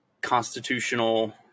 constitutional